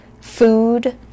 food